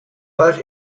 but